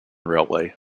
railway